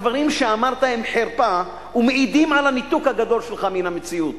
הדברים שאמרת הם חרפה והם מעידים על הניתוק הגדול שלך מן המציאות.